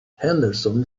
henderson